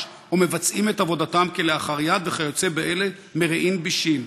ומבצעים את עבודתם כלאחר יד וכיוצא באלה מרעין בישין.